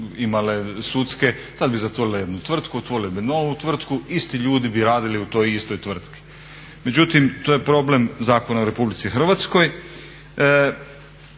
kazne sudske tada bi zatvorile jednu tvrtku otvorili bi novu tvrtku, isti ljudi bi radili u toj istoj tvrtki. Međutim to je problem zakona u RH.